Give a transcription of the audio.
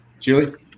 Julie